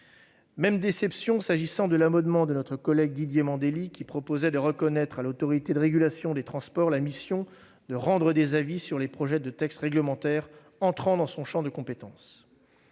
même déception s'agissant de l'amendement de notre collègue Didier Mandelli, qui proposait de confier à l'Autorité de régulation des transports la mission de rendre des avis sur les projets de texte réglementaire entrant dans son champ de compétence.